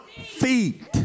feet